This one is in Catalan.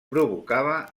provocava